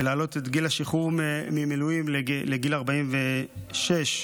להעלות את גיל השחרור ממילואים לגיל 46 ולהוסיף